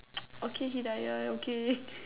okay hidaya okay